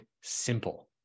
simple